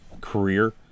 career